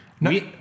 No